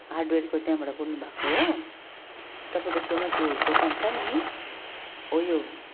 हार्डवेयरको त्यहाँबाट बोल्नुभएको हो तपाईँको छेउमा त्यो दोकान छ नि हो यो